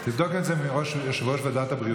תבדוק את זה גם עם יושב-ראש ועדת הבריאות.